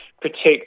protect